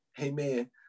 Amen